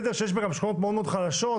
שיש בה גם שכונות מאוד חלשות,